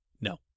No